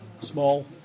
Small